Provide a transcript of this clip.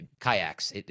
Kayaks